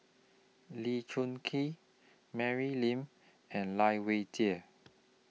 Lee Choon Kee Mary Lim and Lai Weijie